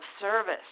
service